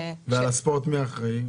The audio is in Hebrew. ועל הספורט מי אחראי?